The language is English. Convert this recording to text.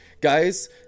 Guys